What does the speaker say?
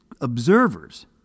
observers